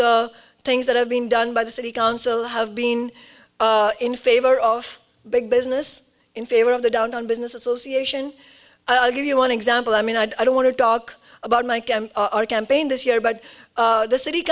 the things that have been done by the city council have been in favor of big business in favor of the downtown business association i'll give you one example i mean i don't want to talk about mike and our campaign this year but the city